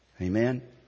Amen